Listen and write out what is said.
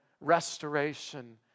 restoration